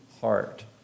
heart